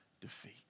defeat